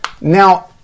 now